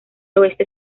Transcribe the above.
oeste